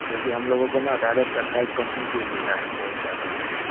क्योंकि हम लोगों को ना डायरेक्ट ऑथराइज्ड कम्पनी से ही मिलता है ना वही से आता है सामान